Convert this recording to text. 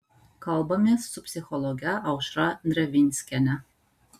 kalbamės su psichologe aušra drevinskiene